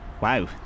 Wow